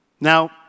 Now